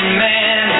man